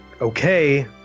okay